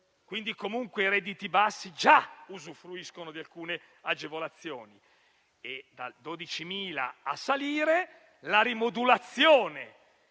quindi comunque i redditi bassi usufruiscono già di alcune agevolazioni. Dai 12.000 euro a salire, la rimodulazione